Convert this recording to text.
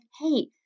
hey